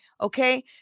okay